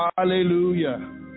Hallelujah